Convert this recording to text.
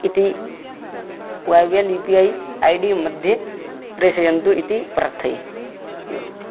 इति वै V L U P I I D मध्ये प्रेषयतु इति प्रार्थये एव